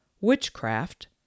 witchcraft